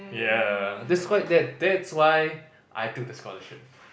ya that's why that that's why I took the scholarship